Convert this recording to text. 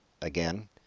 again